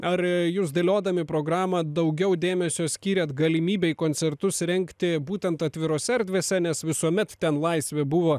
ar jūs dėliodami programą daugiau dėmesio skyrėt galimybei koncertus rengti būtent atvirose erdvėse nes visuomet ten laisvė buvo